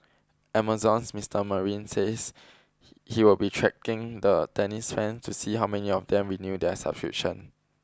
Amazon's Mister Marine says he will be tracking the tennis fan to see how many of them renew their subscription